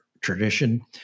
tradition